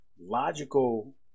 logical